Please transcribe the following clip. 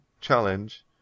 challenge